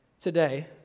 today